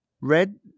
Red